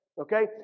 Okay